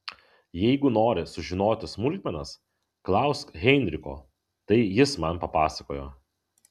jeigu nori sužinoti smulkmenas klausk heinricho tai jis man papasakojo